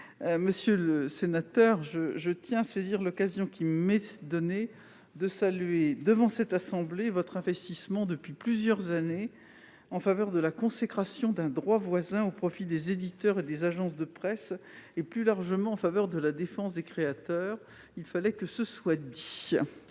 Monsieur le sénateur, je tiens à saisir l'occasion qui m'est donnée pour saluer votre engagement depuis plusieurs années en faveur de la consécration d'un droit voisin au profit des éditeurs et des agences de presse et, plus largement, en faveur de la défense des créateurs. Il fallait que cela soit dit.